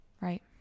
Right